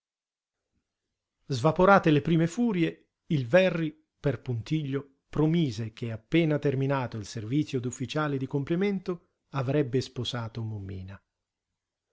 svaporate le prime furie il verri per puntiglio promise che appena terminato il servizio d'ufficiale di complemento avrebbe sposato mommina